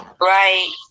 Right